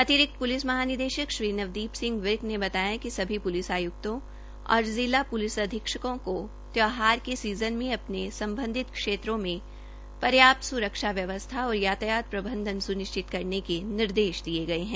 अतिरिक्त प्लिस महानिदशेक श्री नवदीप सिंह विर्क ने बताया कि सभी प्लिस आय्क्तों और जिला प्लिस अधीक्षकों को त्यौहार के सीज़न में अपने सम्बोधित क्षेत्रों में पर्याप्त स्रक्षा व्यवस्था और यातायात प्रबंधन स्निश्चित करने के निर्देश दिये है